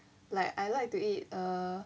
like I like to eat err